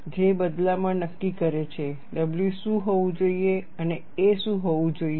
જે બદલામાં નક્કી કરે છે w શું હોવું જોઈએ અને a શું હોવું જોઈએ